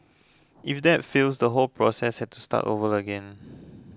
if that fails the whole process had to start over again